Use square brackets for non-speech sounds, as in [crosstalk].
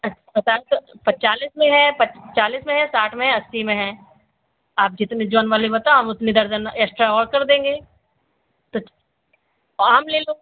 [unintelligible] बताया तो चालीस में है चालीस में है साठ में है अस्सी में है आप जितने जौन वाले बताओ हम उतने दर्जन एस्ट्रा और कर देंगे तो औ आम ले लो